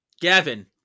Gavin